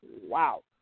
Wow